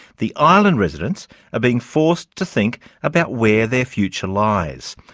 the island residents are being forced to think about where their future lies.